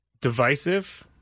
divisive